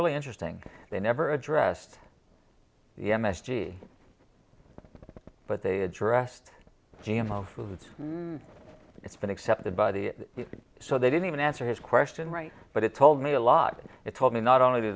really interesting they never addressed the m s g but they addressed g m o foods it's been accepted by the so they didn't even answer his question right but it told me a lot and it told me not only do